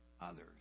others